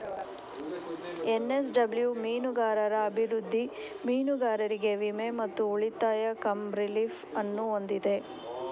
NSW ಮೀನುಗಾರರ ಅಭಿವೃದ್ಧಿ, ಮೀನುಗಾರರಿಗೆ ವಿಮೆ ಮತ್ತು ಉಳಿತಾಯ ಕಮ್ ರಿಲೀಫ್ ಅನ್ನು ಹೊಂದಿದೆ